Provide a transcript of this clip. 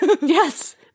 Yes